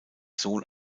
sohn